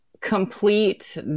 complete